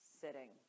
sitting